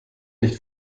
nicht